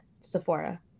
Sephora